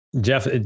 Jeff